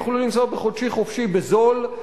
יוכלו לנסוע ב"חודשי חופשי" בזול,